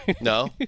No